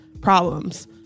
problems